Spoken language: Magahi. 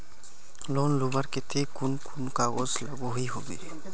लोन लुबार केते कुन कुन कागज लागोहो होबे?